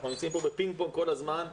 אנחנו נמצאים כאן כל הזמן בפינג פונג,